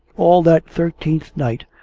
all that thirteenth night,